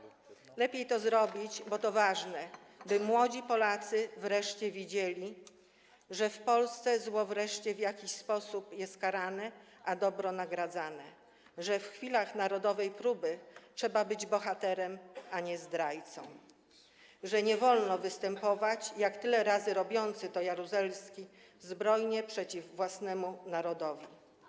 Lepiej to zrobić, bo to ważne, by młodzi Polacy widzieli, że w Polsce zło wreszcie w jakiś sposób jest karane, a dobro nagradzane, że w chwilach narodowej próby trzeba być bohaterem, a nie zdrajcą, że nie wolno występować, jak robiący to tyle razy Jaruzelski, zbrojnie przeciw własnemu narodowi.